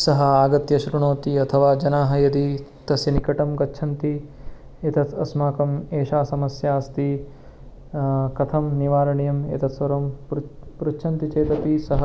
सः आगत्य श्रुणोति अथवा जनाः यदि तस्य निकटं गच्छन्ति एतत् अस्माकं एषा समस्या अस्ति कथं निवारणीयम् एतत् सर्वं पृच्छन्ति चेत् अपि सः